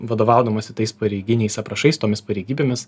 vadovaudamasi tais pareiginiais aprašais tomis pareigybėmis